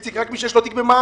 איציק, רק מי שיש לו תיק במע"מ.